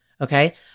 okay